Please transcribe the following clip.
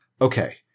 okay